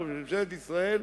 ראש ממשלת ישראל,